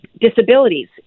disabilities